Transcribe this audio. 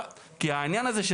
העניין הזה,